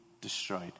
destroyed